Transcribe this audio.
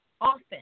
often